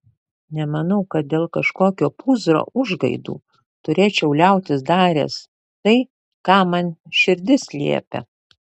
nemanau kad dėl kažkokio pūzro užgaidų turėčiau liautis daręs tai ką man širdis liepia